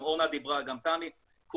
גם אורנה ותמי דיברו,